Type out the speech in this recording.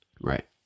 Right